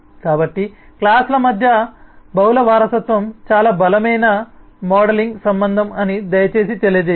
కాబట్టి క్లాస్ ల మధ్య బహుళ వారసత్వం చాలా బలమైన మోడలింగ్ సంబంధం అని దయచేసి తెలియజేయండి